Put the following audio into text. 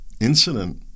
Incident